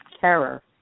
terror